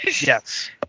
Yes